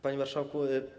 Panie Marszałku!